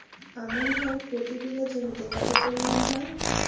আমন ধান প্রতি বিঘা জমিতে কতো পরিমাণ হয়?